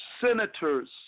senators